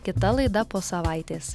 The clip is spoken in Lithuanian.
kita laida po savaitės